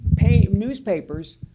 newspapers